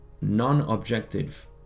non-objective